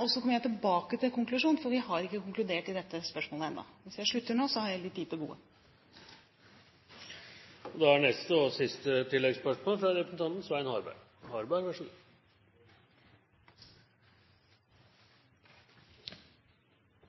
og så kommer jeg tilbake til konklusjonen, for vi har ikke konkludert i dette spørsmålet ennå. Hvis jeg slutter nå, har jeg litt tid til gode. Svein Harberg –